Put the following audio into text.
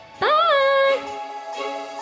Bye